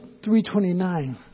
3.29